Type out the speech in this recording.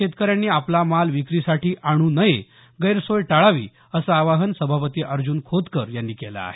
शेतकऱ्यांनी आपला माल विक्रीसाठी आणू नये गैरसोय टाळावी असं आवाहन सभापती अर्ज्न खोतकर यांनी केलं आहे